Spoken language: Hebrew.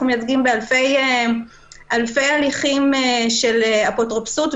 אנחנו מייצגים באלפי הליכים של אפוטרופסות,